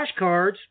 flashcards